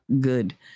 good